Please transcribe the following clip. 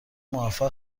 موفق